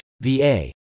VA